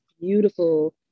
beautiful